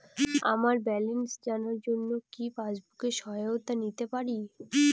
আমার ব্যালেন্স জানার জন্য কি পাসবুকের সহায়তা নিতে পারি?